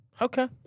Okay